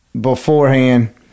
beforehand